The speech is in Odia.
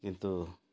କିନ୍ତୁ